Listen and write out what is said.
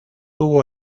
hubo